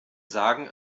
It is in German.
sagen